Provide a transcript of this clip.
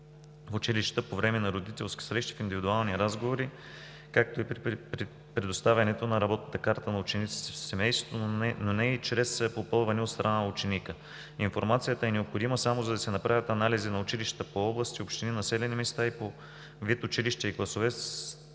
в училищата по време на родителски срещи, в индивидуални разговори, както и при предоставянето на работната карта на учениците в семейството, но не и чрез попълване от страна на ученика. Информацията е необходима само, за да се направят анализи на училищата по области, общини, населени места и по вид училища и класове с